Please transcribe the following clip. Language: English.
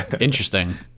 Interesting